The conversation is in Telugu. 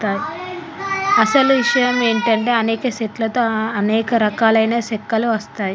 అసలు ఇషయం ఏంటంటే అనేక సెట్ల తో అనేక రకాలైన సెక్కలు వస్తాయి